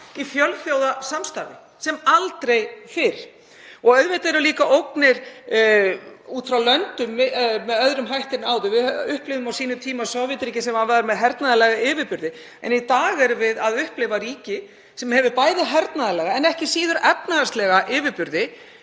í fjölþjóðasamstarfi sem aldrei fyrr. Auðvitað eru líka ógnir út frá löndum með öðrum hætti en áður. Við upplifðum á sínum tíma Sovétríkin með hernaðarlega yfirburði en í dag stöndum við frammi fyrir ríki sem hefur bæði hernaðarlega en ekki síður efnahagslega yfirburði